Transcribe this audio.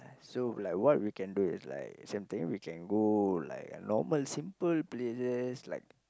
so be like what we can do is like same thing we can go like a normal simple places like